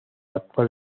actual